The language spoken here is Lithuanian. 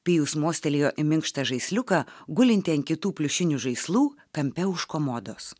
pijus mostelėjo į minkštą žaisliuką gulintį ant kitų pliušinių žaislų kampe už komodos